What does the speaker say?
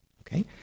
okay